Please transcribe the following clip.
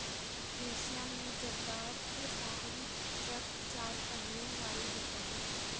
Asia में जदात्र farm truck चार पहियों वाले होते हैं